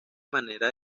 manera